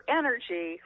energy